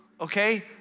okay